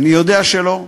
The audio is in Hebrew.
אני יודע שלא,